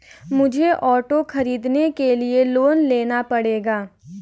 मुझे ऑटो खरीदने के लिए लोन लेना पड़ेगा